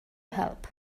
help